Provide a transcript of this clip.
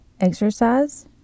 exercise